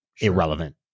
irrelevant